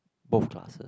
both classes